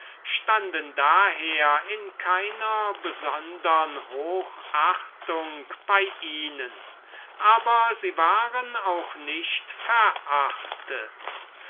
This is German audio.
künste stunden in keiner besondern hochachtung bei ihnen aber sie waren auch nicht verachtet